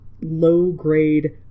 low-grade